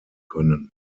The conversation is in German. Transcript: können